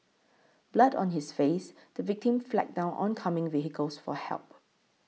blood on his face the victim flagged down oncoming vehicles for help